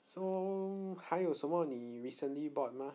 so 还有什么你 recently bought mah